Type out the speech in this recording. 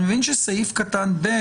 אני מבין שסעיף קטן (ב),